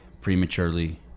prematurely